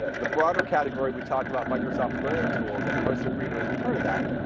ah the broader category, we talk about microsoft learning tools, and immersive reader is part of that.